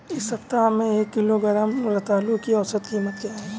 इस सप्ताह में एक किलोग्राम रतालू की औसत कीमत क्या है?